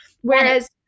Whereas-